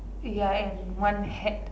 ya and one hat